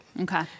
Okay